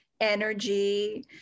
energy